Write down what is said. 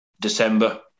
december